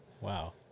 Wow